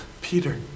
Peter